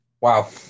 Wow